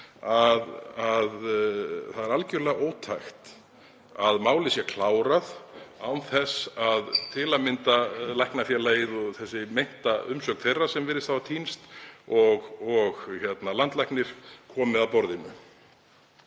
Það er algerlega ótækt að málið sé klárað án þess að til að mynda Læknafélagið, og þessi meinta umsögn þeirra sem virðist hafa týnst, og landlæknir komi að borðinu.